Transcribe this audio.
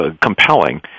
compelling